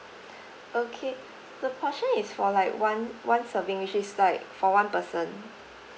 okay the portion is for like one one serving which is like for one person